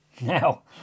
Now